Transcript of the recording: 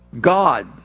God